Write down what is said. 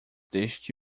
deste